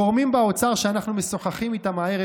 גורמים באוצר שאנחנו משוחחים איתם הערב